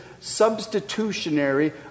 substitutionary